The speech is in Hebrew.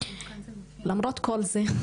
למרות כל זה,